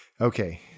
Okay